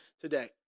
today